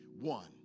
One